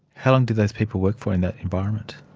how long did those people work for in that environment?